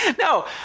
No